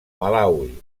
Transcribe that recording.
malawi